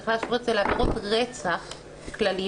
צריך להשוות את זה לעבירות רצח כלליות,